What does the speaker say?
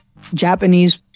Japanese